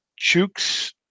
Chooks